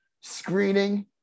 screening